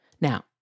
Now